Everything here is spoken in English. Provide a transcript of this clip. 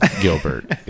Gilbert